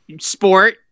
sport